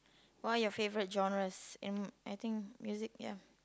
what are you favorite genres in I think music ya